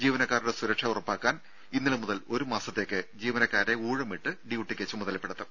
ജീവനക്കാരുടെ സുരക്ഷ ഉറപ്പാക്കാൻ ഇന്നലെ മുതൽ ഒരുമാസത്തേക്ക് ജീവനക്കാരെ ഊഴമിട്ട് ഡ്യൂട്ടിക്ക് ചുമതലപ്പെടുത്തും